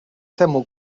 temu